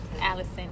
Allison